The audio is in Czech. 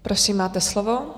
Prosím, máte slovo.